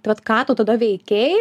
tad ką tu tada veikei